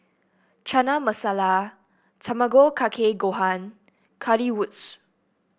Chana Masala Tamago Kake Gohan Currywurst